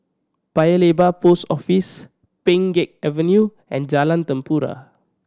Paya Lebar Post Office Pheng Geck Avenue and Jalan Tempua